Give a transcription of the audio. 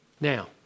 Now